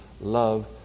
love